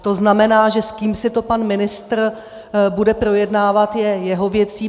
To znamená, že s kým si to pan ministr bude projednávat, je jeho věcí.